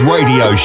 Radio